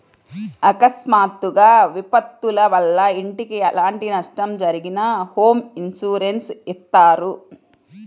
అకస్మాత్తుగా విపత్తుల వల్ల ఇంటికి ఎలాంటి నష్టం జరిగినా హోమ్ ఇన్సూరెన్స్ ఇత్తారు